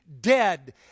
dead